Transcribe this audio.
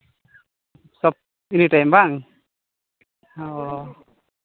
anytime ᱵᱟᱝ ᱚ